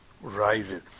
rises